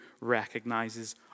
recognizes